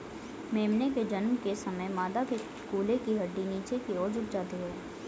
मेमने के जन्म के समय मादा के कूल्हे की हड्डी नीचे की और झुक जाती है